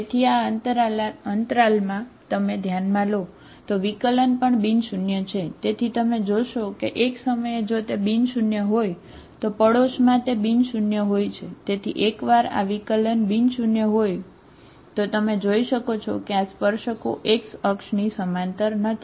તેથી આ અંતરાલમાં જો તમે ધ્યાનમાં લો તો વિકલન પણ બિન શૂન્ય હોય તો તમે જોઈ શકો છો કે આ સ્પર્શકો x અક્ષની સમાંતર નથી